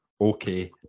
okay